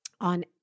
on